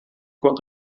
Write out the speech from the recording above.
gweld